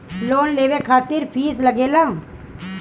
Loan लेवे खातिर fees लागेला?